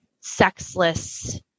sexless